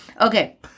Okay